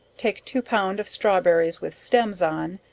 take two pound of strawberries with stems on,